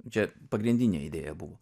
čia pagrindinė idėja buvo